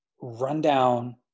rundown